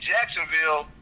Jacksonville